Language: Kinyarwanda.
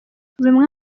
bimwe